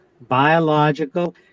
biological